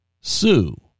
Sue